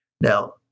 Now